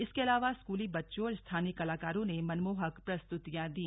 इसके अलावा स्कूली बच्चों और स्थानीय कलाकारो ने मनमोहक प्रस्तुतियां दी